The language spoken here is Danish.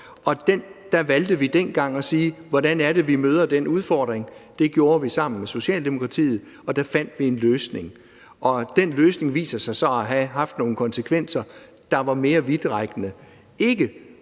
og der valgte vi at sige: Hvordan er det, vi møder den udfordring? Det gjorde vi sammen med Socialdemokratiet, og der fandt vi en løsning. Den løsning viser sig så at have haft nogle konsekvenser, der var mere vidtrækkende,